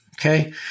okay